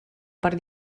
per